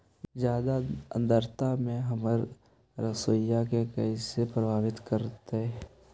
जादा आद्रता में हमर सरसोईय के कैसे प्रभावित करतई?